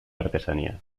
artesanías